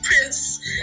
prince